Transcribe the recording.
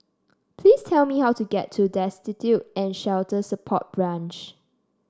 please tell me how to get to Destitute and Shelter Support Branch